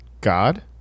God